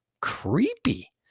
creepy